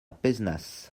pézenas